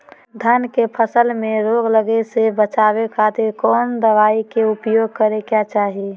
धान के फसल मैं रोग लगे से बचावे खातिर कौन दवाई के उपयोग करें क्या चाहि?